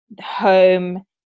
home